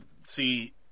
see